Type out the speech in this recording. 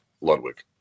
Ludwig